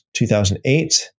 2008